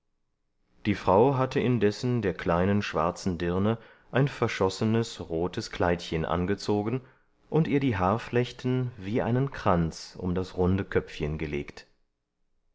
die frau hatte indessen der kleinen schwarzen dirne ein verschossenes rotes kleidchen angezogen und ihr die haarflechten wie einen kranz um das runde köpfchen gelegt